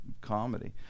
comedy